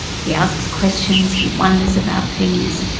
he asks questions, he wonders about things,